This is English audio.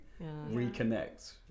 Reconnect